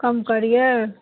कम करियौ